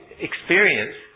experience